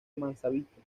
mozambique